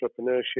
entrepreneurship